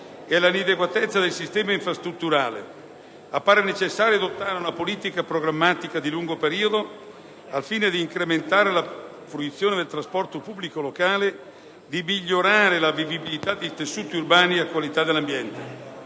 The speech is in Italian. all'inadeguatezza del sistema infrastrutturale. Appare necessario adottare una politica programmatica di lungo periodo, al fine di incrementare la fruizione del trasporto pubblico locale, di migliorare la vivibilità dei tessuti urbani e la qualità dell'ambiente.